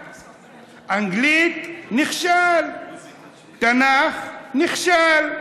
אנגלית, נכשל, תנ"ך, נכשל.